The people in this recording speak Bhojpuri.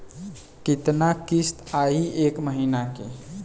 कितना किस्त आई एक महीना के?